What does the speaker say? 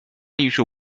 艺术